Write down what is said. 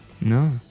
No